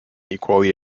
equally